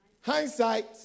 hindsight